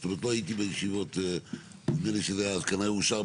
זאת אומרת לא הייתי בישיבות נדמה לי שזה היה אז כנראה אושר,